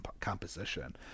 composition